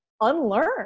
unlearn